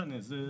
שיש איך להיערך.